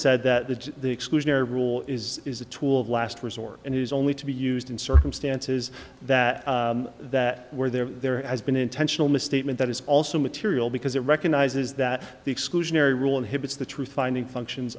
said that the exclusionary rule is is a tool of last resort and it is only to be used in circumstances that that where there has been intentional misstatement that is also material because it recognizes that the exclusionary rule inhibits the truth finding functions